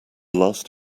last